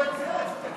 אז תתקנו את זה.